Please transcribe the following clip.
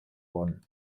worden